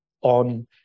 on